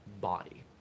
body